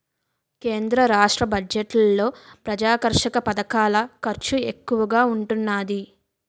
కేంద్ర రాష్ట్ర బడ్జెట్లలో ప్రజాకర్షక పధకాల ఖర్చు ఎక్కువగా ఉంటున్నాది